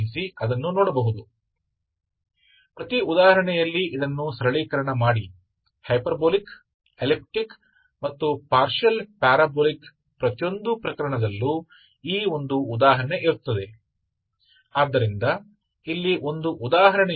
इसलिए इसे कम करें यदि प्रत्येक उदाहरण का एक उदाहरण हम हाइपरबोलिक अण्डाकार और पार्शियल परवलयिक के प्रत्येक मामले के लिए ऐसा करते हैं तो इनमें से प्रत्येक मामले में एक उदाहरण होगा